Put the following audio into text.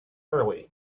early